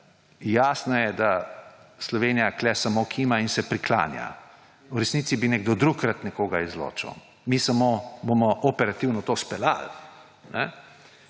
jasno je, da Slovenija tukaj samo kima in se priklanja, v resnici bi nekdo drug rad nekoga izločil, mi bomo operativno to samo